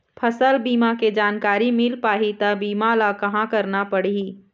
फसल बीमा के जानकारी मिल पाही ता बीमा ला कहां करना पढ़ी?